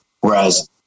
Whereas